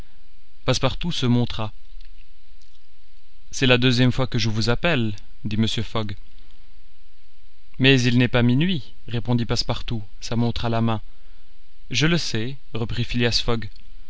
passepartout se montra c'est la deuxième fois que je vous appelle dit mr fogg mais il n'est pas minuit répondit passepartout sa montre à la main je le sais reprit phileas